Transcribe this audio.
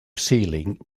ceiling